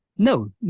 No